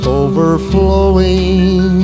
overflowing